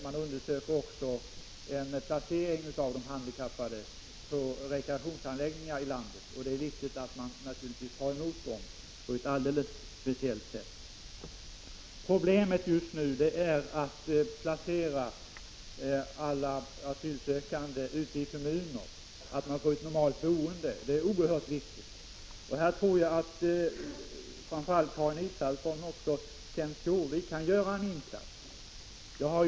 Man undersöker också om det finns möjlighet att placera sådana handikappade på rekreationsanläggningar ute i landet. Problemet just nu är placeringen av de många asylsökandena ute i kommuner på ett sådant sätt att de får ett normalt boende. Det senare är oerhört viktigt. Jag tror att framför allt Karin Israelsson men också Kenth Skårvik kan göra en insats i det sammanhanget.